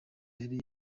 yari